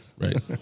right